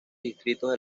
distritos